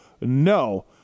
no